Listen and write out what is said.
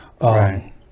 Right